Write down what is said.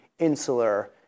insular